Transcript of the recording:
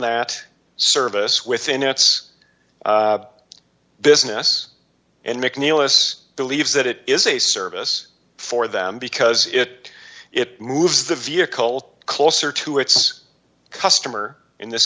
that service within its business and mcneil as believes that it is a service for them because it it moves the vehicle closer to its customer in this